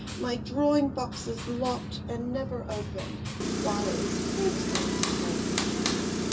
my drawing boxes locked and never opened while it was her turn to carry the keys.